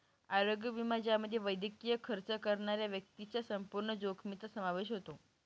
आरोग्य विमा ज्यामध्ये वैद्यकीय खर्च करणाऱ्या व्यक्तीच्या संपूर्ण जोखमीचा समावेश होतो